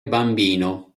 bambino